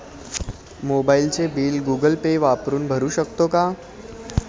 मोबाइलचे bill Google Pay वापरून भरू शकतो का?